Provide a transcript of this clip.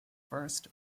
first